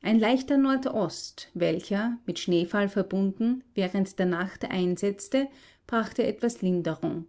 ein leichter nordost welcher mit schneefall verbunden während der nacht einsetzte brachte etwas linderung